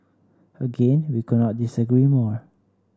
again we could not disagree more